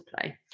play